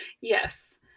yes